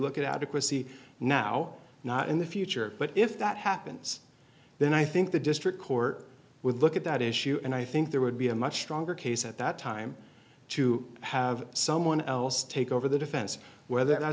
look at adequacy now not in the future but if that happens then i think the district court would look at that issue and i think there would be a much stronger case at that time to have someone else take over the defense whether